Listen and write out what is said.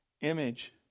Image